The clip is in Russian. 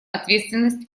ответственность